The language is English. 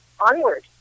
onward